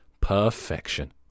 Perfection